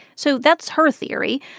so that's her theory.